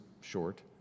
short